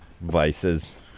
vices